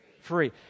free